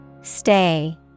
Stay